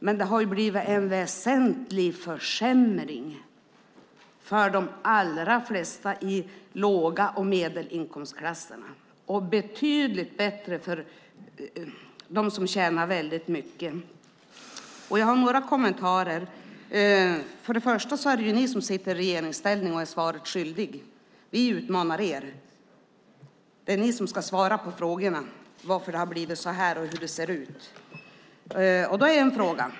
Men det har blivit en väsentlig försämring för de allra flesta i låg och medelinkomstklasserna och betydligt bättre för dem som tjänar väldigt mycket. Jag har några kommentarer. Först ska jag säga att det är ni som sitter i regeringsställning och är svaret skyldiga. Vi utmanar er. Det är ni som ska svara på frågorna om varför det har blivit så här och hur det ser ut.